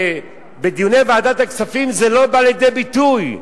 בדיוני ועדת הכספים זה לא בא לידי ביטוי.